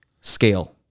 scale